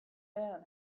man